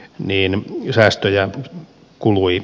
niin me säästöjä kului